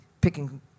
picking